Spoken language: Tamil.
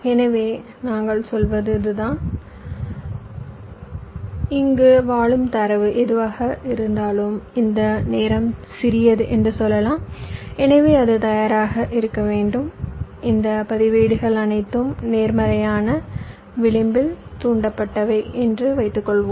எனவே நாங்கள் சொல்வது அதுதான் இங்கு வாழும் தரவு எதுவாக இருந்தாலும் இந்த நேரம் சிறியது என்று சொல்லலாம் எனவே அது தயாராக இருக்க வேண்டும் இந்த பதிவேடுகள் அனைத்தும் நேர்மறையான விளிம்பில் தூண்டப்பட்டவை என்று வைத்துக்கொள்வோம்